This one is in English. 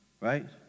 right